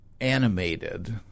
animated